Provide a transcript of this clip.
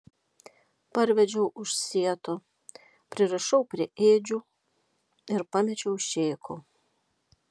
parvedžiau už sieto pririšau prie ėdžių ir pamečiau šėko